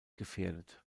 gefährdet